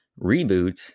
reboot